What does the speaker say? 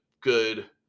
good